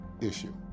issue